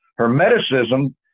Hermeticism